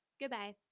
Goodbye